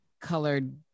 colored